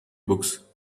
books